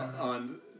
on